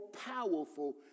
powerful